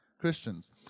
Christians